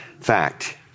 Fact